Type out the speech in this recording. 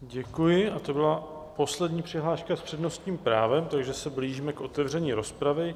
Děkuji a to byla poslední přihláška s přednostním právem, takže se blížíme k otevření rozpravy.